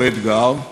הוא אתגר,